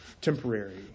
temporary